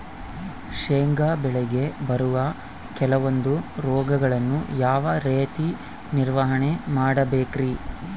ಶೇಂಗಾ ಬೆಳೆಗೆ ಬರುವ ಕೆಲವೊಂದು ರೋಗಗಳನ್ನು ಯಾವ ರೇತಿ ನಿರ್ವಹಣೆ ಮಾಡಬೇಕ್ರಿ?